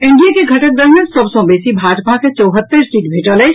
NDA के घटक दल मे सभ सॅ बेसी भाजपा के चौहत्तरि सीट भेटल अछि